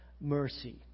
mercy